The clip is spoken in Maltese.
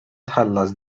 tħallas